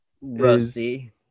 rusty